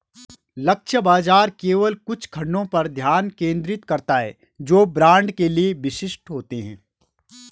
लक्ष्य बाजार केवल कुछ खंडों पर ध्यान केंद्रित करता है जो ब्रांड के लिए विशिष्ट होते हैं